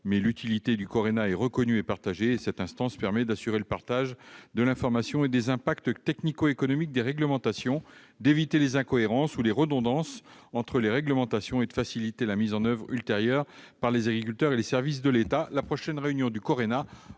l'utilité du CORENA est reconnue. Cette instance permet d'assurer le partage en amont de l'information et des impacts technico-économiques des réglementations, d'éviter les incohérences ou les redondances entre les réglementations et d'en faciliter la mise en oeuvre ultérieure par les agriculteurs et les services de l'État.